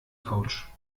couch